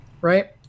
right